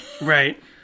Right